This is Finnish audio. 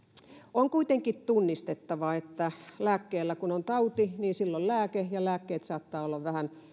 on kuitenkin tunnistettava että kun on tauti niin silloin lääke ja lääkkeet saattavat olla vähän